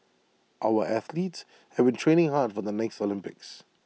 our athletes have been training hard for the next Olympics